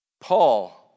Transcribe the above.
Paul